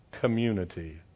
community